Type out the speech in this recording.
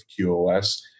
QoS